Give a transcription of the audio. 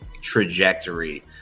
trajectory